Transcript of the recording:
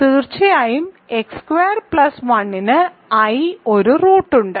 തീർച്ചയായും x squared plus 1 ന് i ഒരു റൂട്ടുണ്ട്